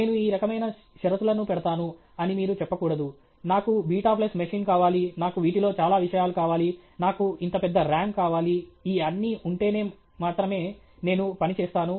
నేను ఈ రకమైన షరతులను పెడతాను అని మీరు చెప్పకూడదు నాకు బీటా ఫ్లాప్ మెషిన్ కావాలి నాకు వీటిలో చాలా విషయాలు కావాలి నాకు ఇంత పెద్ద ర్యామ్ కావాలి ఈ అన్ని ఉంటేనే మాత్రమే నేను పని చేస్తాను